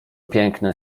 piękne